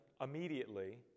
immediately